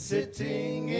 Sitting